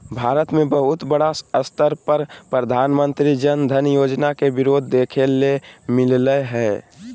भारत मे बहुत बड़ा स्तर पर प्रधानमंत्री जन धन योजना के विरोध देखे ले मिललय हें